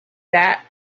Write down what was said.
that